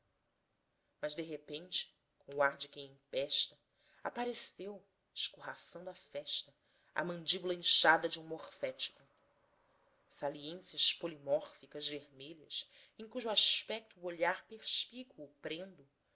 mas de repente com o ar de quem empesta apareceu escorraçando a festa a mandíbula inchada de um morfético saliências polimórficas vermelhas em cujo aspecto o olhar perspícuo